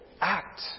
act